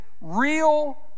real